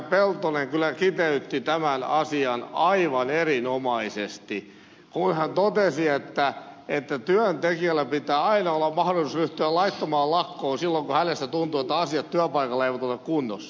peltonen kyllä kiteytti tämän asian aivan erinomaisesti kun hän totesi että työntekijällä pitää aina olla mahdollisuus ryhtyä laittomaan lakkoon silloin kun hänestä tuntuu että asiat työpaikalla eivät ole kunnossa